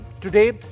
Today